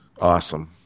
awesome